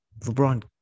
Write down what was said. LeBron